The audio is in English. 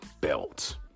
belt